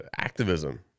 activism